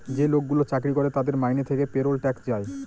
যে লোকগুলো চাকরি করে তাদের মাইনে থেকে পেরোল ট্যাক্স যায়